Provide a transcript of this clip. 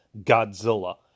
Godzilla